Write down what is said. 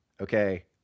okay